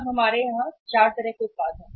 अब हमारे यहां चार तरह के उत्पाद हैं